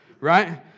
right